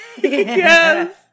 Yes